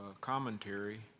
commentary